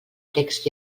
text